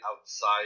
outside